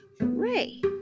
Ray